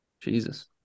Jesus